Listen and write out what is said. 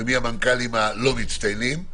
ומי המנכ"לים הלא-מצטיינים.